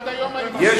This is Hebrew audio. עד היום היינו,